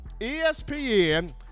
ESPN